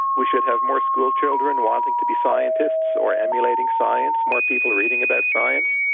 we should have more schoolchildren wanting to be scientists or emulating science, more people reading about science.